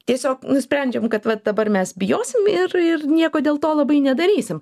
tiesiog nusprendžiam kad va dabar mes bijosim ir ir nieko dėl to labai nedarysim